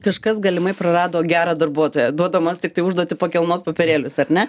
kažkas galimai prarado gerą darbuotoją duodamas tiktai užduotį pakilnot popierėlius ar ne